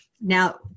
now